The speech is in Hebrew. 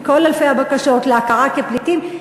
מכל אלפי הבקשות להכרה כפליטים,